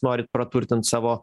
norit praturtint savo